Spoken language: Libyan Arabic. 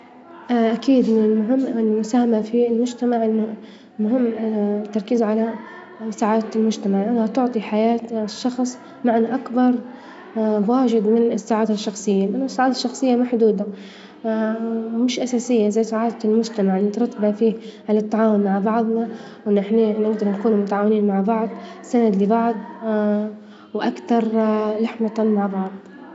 أكيد المساهمة في المجتمع مهم التركيز على سعادة المجتمع، لأنها تعطي حياة الشخص مع الأكبر واجب من السعادة الشخصية، لأن السعادة الشخصية محدودة مش أساسية زي سعادة المجتمع المترتبة فيه على التعاون مع بعظنا ونحن نكون متعاونين مع بعظ سند لبعظ وأكتر لحمة مع بعظ.